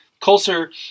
colser